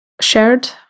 shared